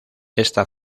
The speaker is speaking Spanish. esta